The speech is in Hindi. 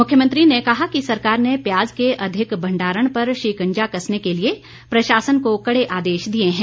मुख्यमंत्री ने कहा कि सरकार ने प्याज के अधिक भंडारण पर शिकंजा कसने के लिए प्रशासन को कड़े आदेश दिए हैं